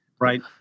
Right